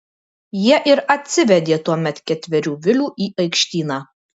jie ir atsivedė tuomet ketverių vilių į aikštyną